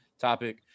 topic